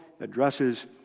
addresses